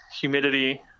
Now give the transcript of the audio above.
humidity